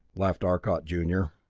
laughed arcot junior,